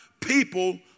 People